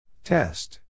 Test